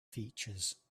features